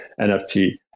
NFT